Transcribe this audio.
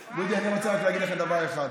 דודי, אני רוצה להגיד לכם רק דבר אחד.